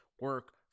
Work